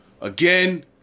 again